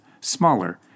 smaller